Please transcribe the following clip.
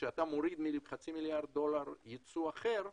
כשאתה מוריד כשאתה מוריד חצי מיליארד דולר ייצוא אחר,